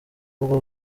ubwo